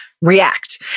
react